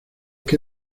que